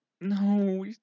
No